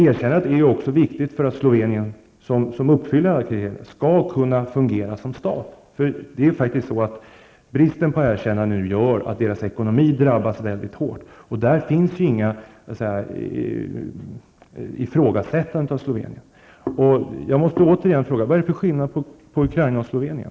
Erkännandet är också viktigt för att Slovenien, som uppfyller alla kriterier, skall kunna fungera som stat. Bristen på erkännande gör att landets ekonomi drabbas hårt. Där finns inget ifrågasättande av Slovenien. Vad är det för skillnad på Ukraina och Slovenien?